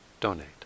donate